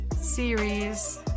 series